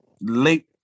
late